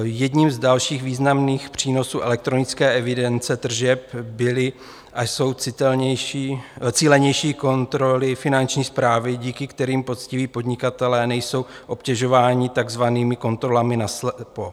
Jedním z dalších významných přínosů elektronické evidence tržeb byly a jsou cílenější kontroly Finanční správy, díky kterým poctiví podnikatelé nejsou obtěžováni takzvanými kontrolami naslepo.